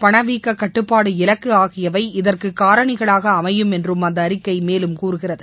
பணவீக்க கட்டப்பாடு இலக்கு ஆகியவை இதற்கு காரணிகளாக அமையும் என்றும் அந்த அறிக்கை மேலும் கூறுகிறது